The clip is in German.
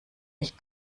nicht